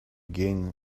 gain